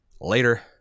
later